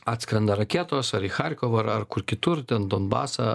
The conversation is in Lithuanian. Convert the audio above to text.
atskrenda raketos ar į charkovą ar kur kitur ten donbasą